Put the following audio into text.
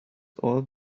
all